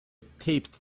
taped